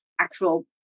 actual